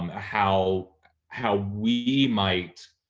um how how we might